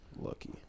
Lucky